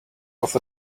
off